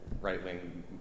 right-wing